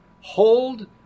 hold